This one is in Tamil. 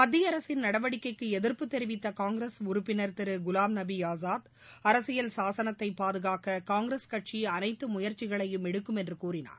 மத்திய அரசின் நடவடிக்கைக்கு எதிர்ப்பு தெரிவித்த காங்கிரஸ் உறப்பினர் திரு குலாம்நபி ஆசாத் அரசியல் சாசனத்தை பாதுகாக்க காங்கிரஸ் கட்சி அனைத்து முயற்சிகளையும் எடுக்கும் என்று கூறினார்